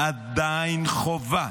עדיין חובה